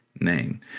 name